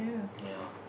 ya